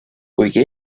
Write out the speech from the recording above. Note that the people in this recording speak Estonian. kuigi